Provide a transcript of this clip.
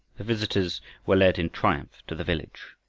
the visitors were led in triumph to the village.